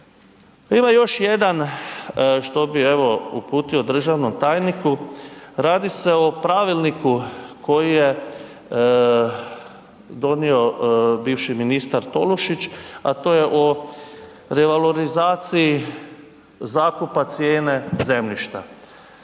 Ima još jedan što bi evo uputio državnom tajniku, radi se o pravilniku koji je donio bivši ministar Tolušić, a to je o revalorizaciji zakupa cijene zemljišta.